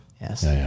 Yes